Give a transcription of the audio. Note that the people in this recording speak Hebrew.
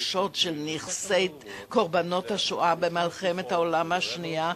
השוד של נכסי קורבנות השואה במלחמת העולם השנייה,